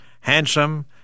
handsome